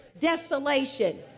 desolation